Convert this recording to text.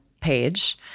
page